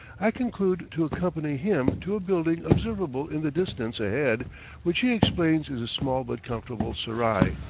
i conclude to accompany him to a building observable in the distance ahead which he explains is a small but comfortable serai.